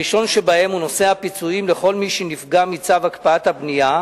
הראשון שבהם הוא נושא הפיצויים לכל מי שנפגע מצו הקפאת הבנייה.